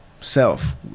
self